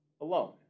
alone